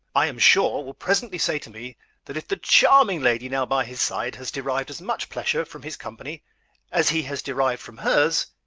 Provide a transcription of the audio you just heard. i am sure, will presently say to me that if the charming lady now by his side has derived as much pleasure from his company as he has derived from hers,